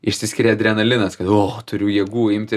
išsiskiria adrenalinas o turiu jėgų imti